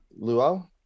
Luo